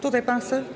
Tutaj pan chce,